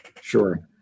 Sure